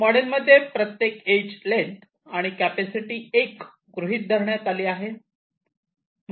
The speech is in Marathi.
या मॉडेल मध्ये प्रत्येक इज लेंग्थ आणि कॅपॅसिटी 1 गृहीत धरण्यात आली आहे